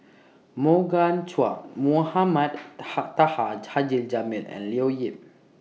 Morgan Chua Mohamed Taha Haji Jamil and Leo Yip